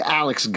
alex